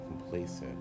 complacent